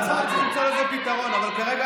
אני אשמח שתדבר ערבית, אבל תתרגם